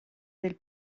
del